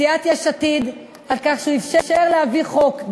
מסיעת יש עתיד על כך שהוא אפשר להביא חוק,